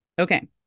Okay